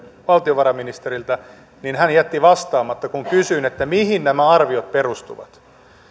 valtiovarainministeriltä hän jätti vastaamatta mihin nämä arviot perustuvat